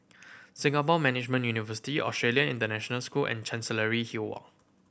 Singapore Management University Australian International School and Chancery Hill Walk